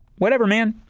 whatever man.